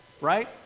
right